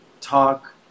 talk